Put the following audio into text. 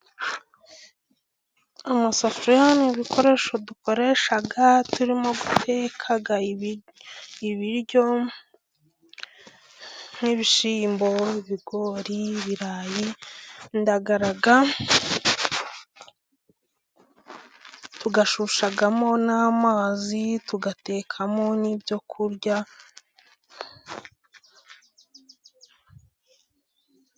Amasafuriya ni ibikoresho dukoresha turimo guteka ibiryo nk'ibishyimbo，ibigori，ibirayi，indagara， tugashyushyamo n'amazi，tugatekamo n'ibyo kurya.